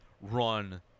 run